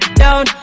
down